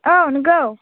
औ नंगौ